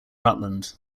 rutland